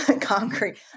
concrete